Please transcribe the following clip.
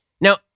Now